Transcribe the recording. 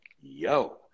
yo